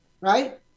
right